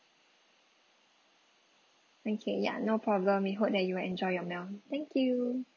okay ya no problem we hope that you enjoy your meal thank you